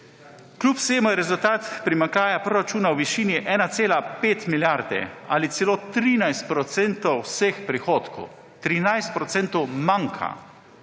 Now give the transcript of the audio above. Kljub vsemu je rezultat primanjkljaja proračuna v višini 1,5 milijarde ali celo 13 % vseh prihodkov. Brez